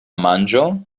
manĝo